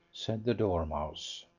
said the dormouse.